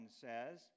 says